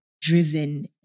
driven